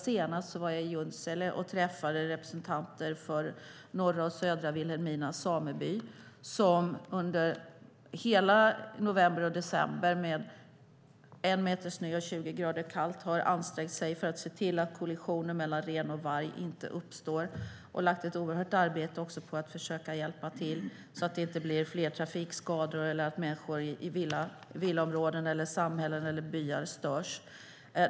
Senast var jag i Junsele och träffade representanter för norra och södra Vilhelminas samebyar som under november och december med en meter snö och 20 grader kallt har ansträngt sig för att se till att kollision mellan ren och varg inte uppstår. Man har lagt ned ett oerhört arbete på att försöka se till att det inte blir fler trafikskador eller att människor i villaområden, samhällen och byar störs.